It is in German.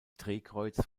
drehkreuz